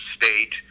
state